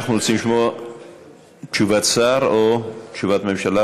אנחנו רוצים לשמוע תשובת שר או תשובת ממשלה,